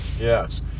Yes